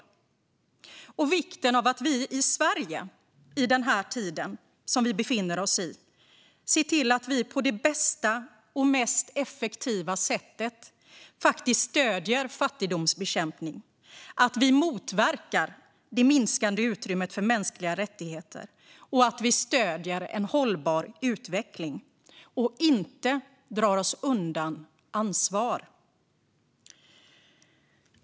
Vidare gäller det vikten av att vi i Sverige, i den tid vi befinner oss i, ser till att vi på det bästa och mest effektiva sättet faktiskt stöder fattigdomsbekämpning, att vi motverkar minskningen av utrymmet för mänskliga rättigheter och att vi stöder en hållbar utveckling och inte drar oss undan ansvar.